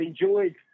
enjoyed